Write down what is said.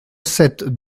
sept